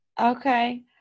Okay